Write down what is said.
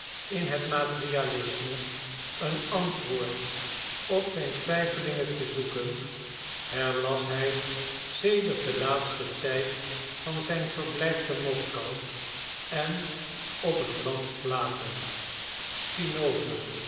in het materialisme een antwoord op zijn twijfelingen te zoeken herlas hij sedert den laatsten tijd van zijn verblijf te moskou en op het land plato